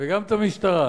וגם את המשטרה.